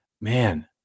man